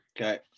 Okay